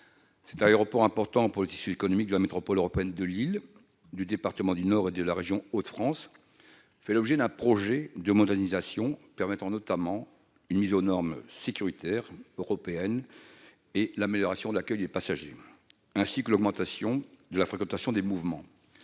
Cet aéroport important pour le tissu économique de la métropole européenne de Lille, du département du Nord et de la région Hauts-de-France fait l'objet d'un projet de modernisation permettant notamment la mise aux normes européennes de sécurité, l'amélioration de l'accueil des passagers, ainsi que l'augmentation de la fréquentation, qui